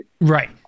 right